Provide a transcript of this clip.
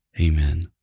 amen